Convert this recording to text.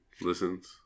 listens